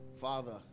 Father